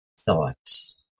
thoughts